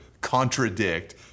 contradict